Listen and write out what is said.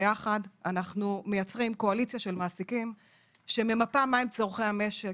אנחנו מייצרים קואליציה של מעסיקים שממפה מה הם צרכי המשק.